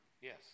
Yes